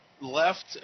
left